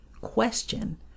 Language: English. question